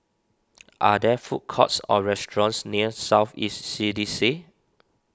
are there food courts or restaurants near South East C D C